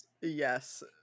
yes